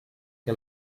que